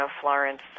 Florence